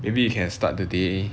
maybe we can start the day